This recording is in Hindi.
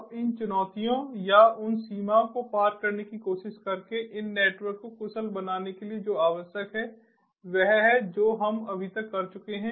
अब इन चुनौतियों या उन सीमाओं को पार करने की कोशिश करके इन नेटवर्क को कुशल बनाने के लिए जो आवश्यक है वह है जो हम अभी तक कर चुके हैं